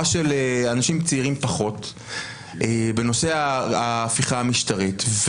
של אנשים צעירים פחות בנושא ההפיכה המשטרית.